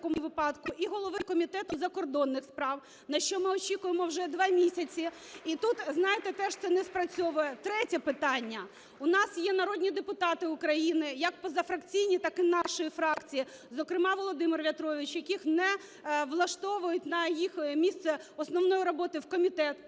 і голови Комітету закордонних справ, на що ми очікуємо вже два місяці. І тут, знаєте, теж це не спрацьовує. Третє питання. У нас є народні депутати України як позафракційні, так і нашої фракції, зокрема Володимир В'ятрович, яких не влаштовують на їх місце основної роботи – в комітет,